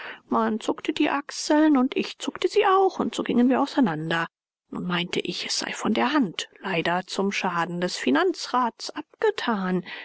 man zuckte die achseln und ich zuckte sie auch und so gingen wir auseinander nun meinte ich es sei vor der hand leider zum schaden des finanzrats abgetan